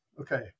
okay